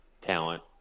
talent